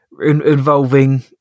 involving